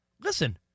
listen